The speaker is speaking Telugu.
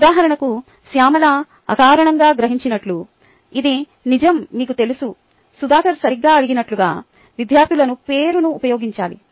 ఉదాహరణకు శ్యామల అకారణంగా గ్రహించినట్లు ఇది నిజం మీకు తెలుసు సుధాకర్ సరిగ్గా అడిగినట్లుగా విద్యార్థుల పేరును ఉపయోగించాలి